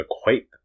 equate